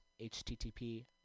http